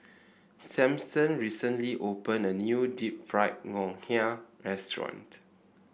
Samson recently opened a new Deep Fried Ngoh Hiang Restaurant